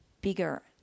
bigger